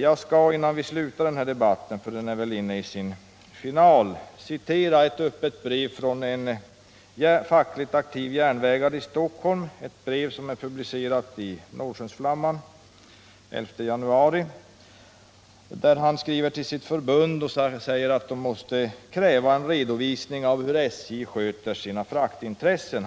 Jag skall innan vi slutar den här debatten, som väl nu är inne i sin final, säga något om ett öppet brev från en fackligt aktiv järnvägsman i Stockholm, ett brev som publicerades i Norrskensflamman den 11 januari och där den här mannen skriver till sitt förbund och säger att det måste kräva en redovisning av hur SJ sköter sina fraktintressen.